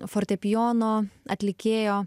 fortepijono atlikėjo